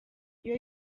iyo